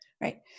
right